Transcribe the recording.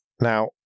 Now